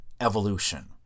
Evolution